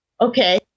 Okay